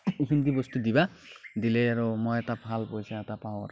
এইখিনিকে বস্তু দিবা দিলে আৰু মই এটা ভাল পইচা এটা পাওঁ আৰু